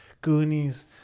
Goonies